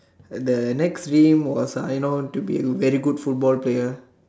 the next dream was I know to be a very good football player